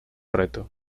reto